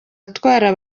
atwara